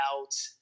out